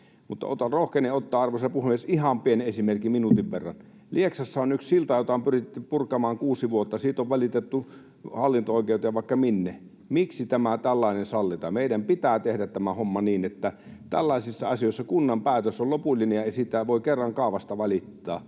Mutta rohkenen ottaa, arvoisa puhemies, ihan pienen esimerkin, minuutin verran: Lieksassa on yksi silta, jota on pyritty purkamaan kuusi vuotta. Siitä on valitettu hallinto-oikeuteen ja vaikka minne. Miksi tämä tällainen sallitaan? Meidän pitää tehdä tämä homma niin, että tällaisissa asioissa kunnan päätös on lopullinen, ja siitä kaavastahan voi kerran valittaa.